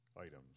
items